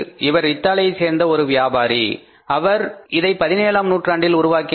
இவர் இத்தாலியை சேர்ந்த ஒரு வியாபாரி ஆவார் இவர் இதை 17ஆம் நூற்றாண்டில் உருவாக்கினார்